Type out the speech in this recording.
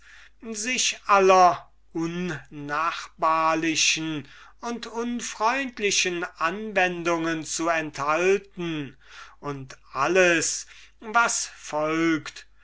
sich aller unnachbarlichen und unfreundlichen anwendungen zu enthalten und alles was folgt